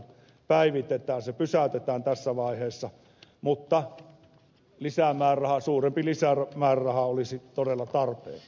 se pysäytetään tässä vaiheessa mutta suurempi lisämääräraha olisi todella tarpeen